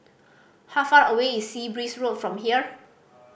how far away is Sea Breeze Road from here